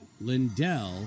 Lindell